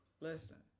Listen